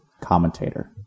commentator